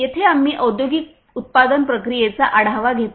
येथे आम्ही औद्योगिक उत्पादन प्रक्रियेचा आढावा घेतो